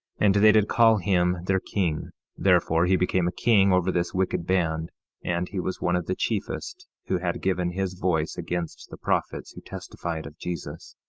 and they did call him their king therefore he became a king over this wicked band and he was one of the chiefest who had given his voice against the prophets who testified of jesus.